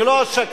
אני לא אשקר.